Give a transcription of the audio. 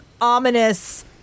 ominous